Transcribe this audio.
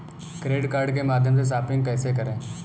Credit card के माध्यम से शॉपिंग कैसे करें?